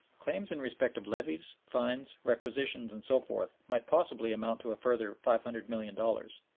claims in respect of levies, fines, requisitions, and so forth might possibly amount to a further five hundred million dollars.